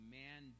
man